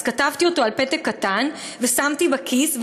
אז כתבתי אותו על פתק קטן ושמתי בכיס,